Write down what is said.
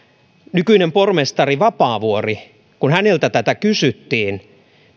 nykyinen pormestari vapaavuori kun häneltä tätä kysyttiin